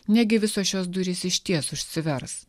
negi visos šios durys išties užsivers